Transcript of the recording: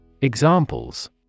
examples